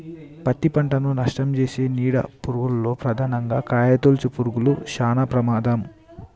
పత్తి పంటను నష్టంచేసే నీడ పురుగుల్లో ప్రధానంగా కాయతొలుచు పురుగులు శానా ప్రమాదం